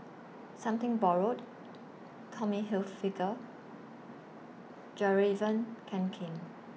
Something Borrowed Tommy Hilfiger Fjallraven Kanken